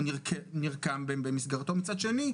ומצד שני,